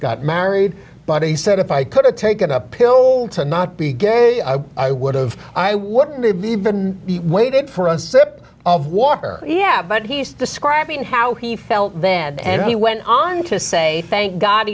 got married but he said if i could have taken a pill to not be gay i would've i wouldn't have waited for a sip of water yeah but he's describing how he felt then and he went on to say thank god